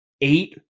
eight –